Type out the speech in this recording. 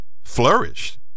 flourished